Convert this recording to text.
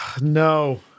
no